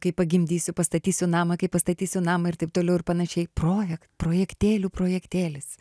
kai pagimdysiu pastatysiu namą kai pastatysiu namą ir taip toliau ir panašiai projek projektėlių projektėlis